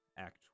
Act